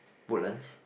Woodlands